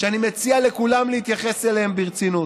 ואני מציע לכולם להתייחס אליהם ברצינות.